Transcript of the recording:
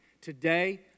Today